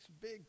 big